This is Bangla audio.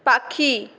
পাখি